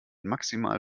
maximal